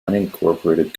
unincorporated